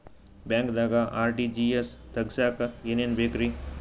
ಬ್ಯಾಂಕ್ದಾಗ ಆರ್.ಟಿ.ಜಿ.ಎಸ್ ತಗ್ಸಾಕ್ ಏನೇನ್ ಬೇಕ್ರಿ?